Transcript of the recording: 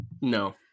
No